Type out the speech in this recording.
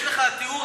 יש לך טיעון,